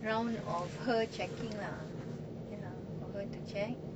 round of her checking lah ya for her to check